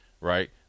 right